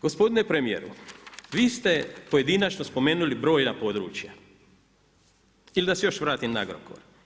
Gospodine premijeru, vi ste pojedinačno spomenuli brojna područja ili da se još vratim na Agrokor.